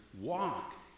walk